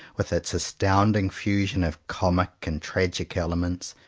with its astounding fusion of comic and tragic elements,